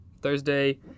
Thursday